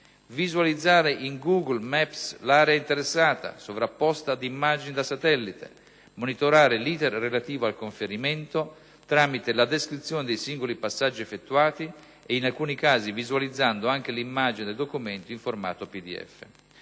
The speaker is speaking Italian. visualizzare in Google maps l'area interessata, sovrapposta ad immagini da satellite; monitorare l'*iter* relativo al conferimento, tramite la descrizione dei singoli passaggi effettuati e, in alcuni casi, visualizzando anche l'immagine del documento in formato pdf.